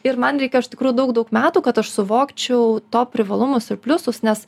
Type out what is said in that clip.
ir man reikėjo iš tikrųjų daug daug metų kad aš suvokčiau to privalumus ir pliusus nes